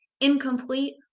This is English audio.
incomplete